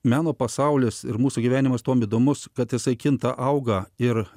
meno pasaulis ir mūsų gyvenimas tuo įdomus kad jisai kinta auga ir